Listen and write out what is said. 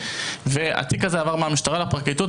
והתיק הזה עבר מהמשטרה לפרקליטות,